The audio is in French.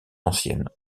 ancienne